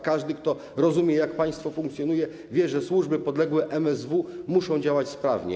Każdy, kto rozumie, jak państwo funkcjonuje, wie, że służby podległe MSW muszą działać sprawnie.